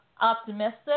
optimistic